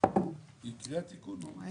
תודה רבה.